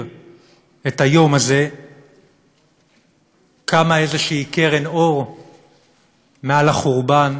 ביום הזה קמה איזושהי קרן אור מעל החורבן